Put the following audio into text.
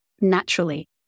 Naturally